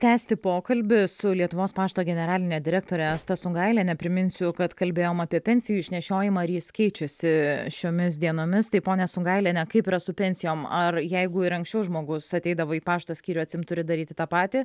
tęsti pokalbį su lietuvos pašto generaline direktore asta sungailiene priminsiu kad kalbėjom apie pensijų išnešiojimą ar jis keičiasi šiomis dienomis tai ponia sungailiene kaip yra su pensijom ar jeigu ir anksčiau žmogus ateidavo į pašto skyrių atsiimt turi daryti tą patį